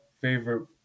favorite